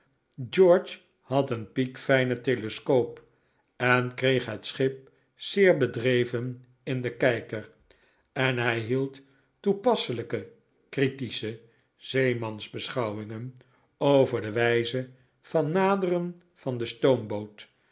george had een piekfijnen telescoop en kreeg het schip zeer bedreven in den kijker en hij hield toepasselijke critische zeemansbeschouwingen over de wijze van naderen van de stoomboot